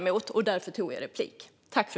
Därför begärde jag replik här.